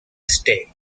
stay